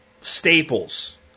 staples